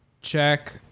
check